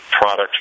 product